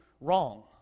wrong